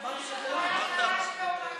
חבר הכנסת חיליק, חבר הכנסת חזן, חזן.